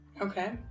Okay